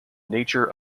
nature